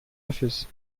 öffis